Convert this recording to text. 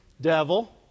devil